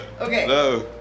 Okay